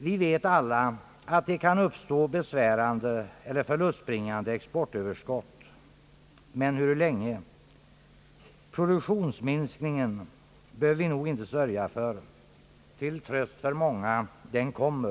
Vi vet alla att det kan uppstå besvärande och förlustbringande exportöverskott, men hur länge? Produktionsminskning behöver vi nog inte sörja för. Till tröst för många: den kommer —.